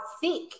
thick